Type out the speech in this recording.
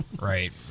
Right